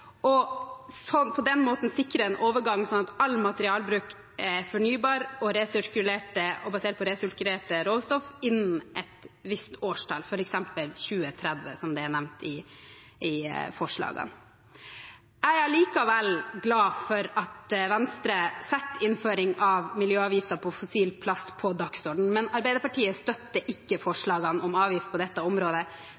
og på den måten sikre en overgang, slik at all materialbruk er fornybar og basert på resirkulerte råstoff innen et visst årstall, f.eks. 2030, som det er nevnt i forslagene. Jeg er likevel glad for at Venstre setter innføring av miljøavgifter på fossil plast på dagsordenen, men Arbeiderpartiet støtter ikke